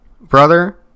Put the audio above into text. brother